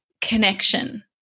connection